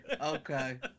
Okay